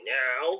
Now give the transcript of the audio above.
now